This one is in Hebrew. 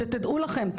שתדעו לכם,